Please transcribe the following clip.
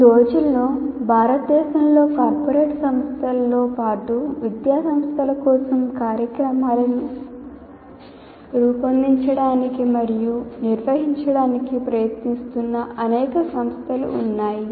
ఈ రోజుల్లో భారతదేశంలో కార్పోరేట్ సంస్థలతో పాటు విద్యా సంస్థల కోసం కార్యక్రమాలను రూపొందించడానికి మరియు నిర్వహించడానికి ప్రయత్నిస్తున్న అనేక సంస్థలు ఉన్నాయి